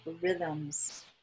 rhythms